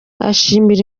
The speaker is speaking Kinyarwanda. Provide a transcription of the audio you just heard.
ashimira